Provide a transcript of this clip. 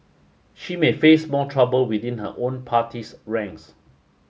she may face more trouble within her own party's ranks